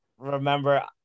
remember